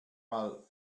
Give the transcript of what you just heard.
mal